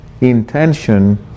intention